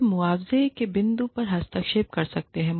हम मुआवज़े के बिंदु पर हस्तक्षेप कर सकते हैं